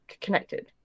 connected